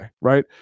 right